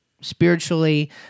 spiritually